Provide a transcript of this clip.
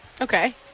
Okay